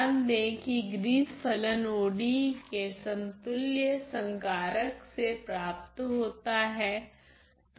ध्यान दे कि ग्रीन फलन ODE के समतुल्य संकारक से प्राप्त होता हैं